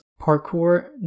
parkour